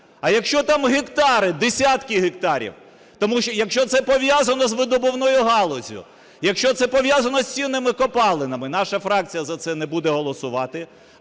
А якщо там гектари, десятки гектарів, якщо це пов'язано з видобувною галуззю, якщо це пов'язано з цінними копалинами… Наша фракція за це не буде голосувати,